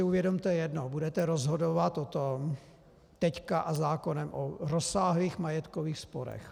Uvědomte si jedno budete rozhodovat o tom, teď a zákonem, o rozsáhlých majetkových sporech.